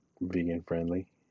vegan-friendly